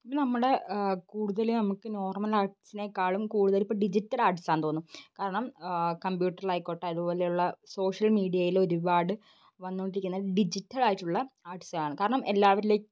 ഇപ്പം നമ്മുടെ കൂടുതൽ നമുക്ക് നോർമൽ ആർട്സിനെക്കാളും കൂടുതൽ ഇപ്പം ഡിജിറ്റൽ ആർട്ട്സാന്ന് തോന്നുന്നു കാരണം കമ്പ്യൂട്ടറിലായിക്കോട്ടെ അതുപോലെ ഉള്ള സോഷ്യൽ മീഡിയയിൽ ഒരുപാട് വന്നോണ്ടിരിക്കുന്ന ഡിജിറ്റലായിട്ടുള്ള ആർട്സാണ് കാരണം എല്ലാവരിലേക്കും